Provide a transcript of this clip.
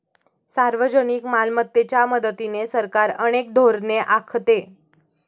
सार्वजनिक मालमत्तेच्या मदतीने सरकार अनेक धोरणे आखते